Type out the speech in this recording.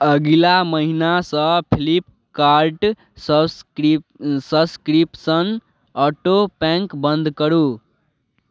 अगिला महिनासँ फ्लिपकार्ट सब्सक्रि सब्सक्रिपसन ऑटोपेक बन्द करू